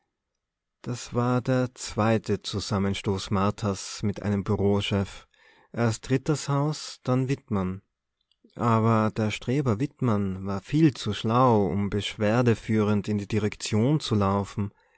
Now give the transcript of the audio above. das war der zweite zusammenstoß marthas mit einem bureauchef erst rittershaus dann wittmann aber der streber wittmann war viel zu schlau um beschwerdeführend in die direktion zu laufen